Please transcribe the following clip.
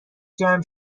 جمع